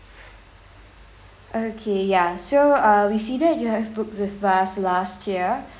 okay ya so uh we see that you have books with us last year